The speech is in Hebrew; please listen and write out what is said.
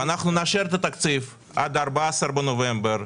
ואנחנו נאשר את התקציב עד ה-14 בנובמבר,